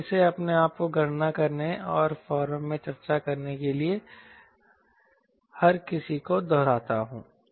मैं फिर से अपने आप को गणना करने और फोरम में चर्चा करने के लिए हर किसी को दोहराता हूं